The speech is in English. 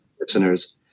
listeners